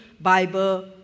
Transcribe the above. Bible